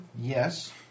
Yes